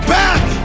back